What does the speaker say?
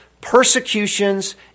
persecutions